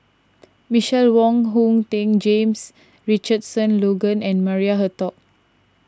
Michelle Wong Hong Teng James Richardson Logan and Maria Hertogh